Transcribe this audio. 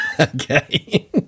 Okay